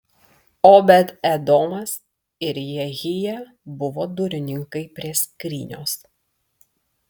obed edomas ir jehija buvo durininkai prie skrynios